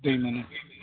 दै मोनो